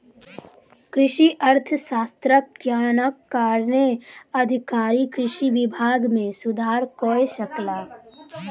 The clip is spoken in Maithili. कृषि अर्थशास्त्रक ज्ञानक कारणेँ अधिकारी कृषि विभाग मे सुधार कय सकला